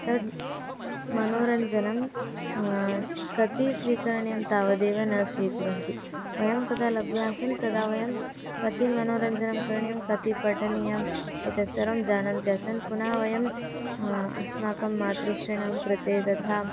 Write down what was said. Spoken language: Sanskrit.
तद् मनोरञ्जनं कति स्वीकरणीयं तावदेव न स्वीकुर्वन्ति वयं कदा लघ्वी आसन् तदा वयं कति मनोरञ्जनं करणीयं कति पठनीयम् एतत् सर्वं जानन्ति असन् पुनः वयम् अस्माकं मातुश्रीणां कृते तथा